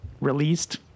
released